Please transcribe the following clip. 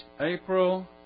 April